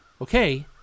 Okay